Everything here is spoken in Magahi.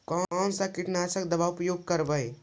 कोन सा कीटनाशक दवा उपयोग करबय?